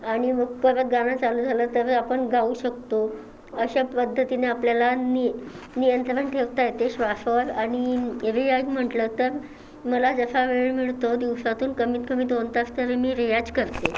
आणि मग परत गाणं चालू झालं तर आपण गाऊ शकतो अशा पद्धतीनं आपल्याला नियं नियंत्रण ठेवता येते श्वासावर आणि रियाज म्हटलं तर मला जसा वेळ मिळतो दिवसातून कमीत कमी दोन तास तरी मी रियाज करते